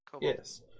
Yes